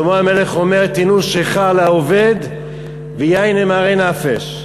שלמה המלך אומר: "תנו שכר לאובד ויין למרי נפש".